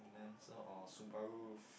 lancer or subaru